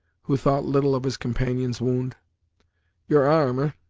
who thought little of his companion's wound your arm, ah!